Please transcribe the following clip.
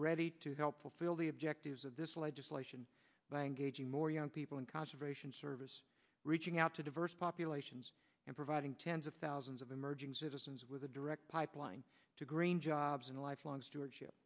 ready to help fulfill the objectives of this legislation by engaging more young people in conservation service reaching out to diverse populations and providing tens of thousands of emerging citizens with a direct pipeline to green jobs and lifelong stewardship